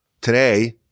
Today